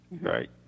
Right